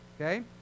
Okay